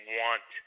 want